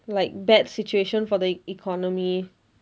like bad situation for the economy